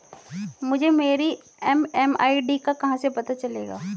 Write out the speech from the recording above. मुझे मेरी एम.एम.आई.डी का कहाँ से पता चलेगा?